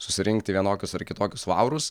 susirinkti vienokius ar kitokius laurus